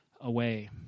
away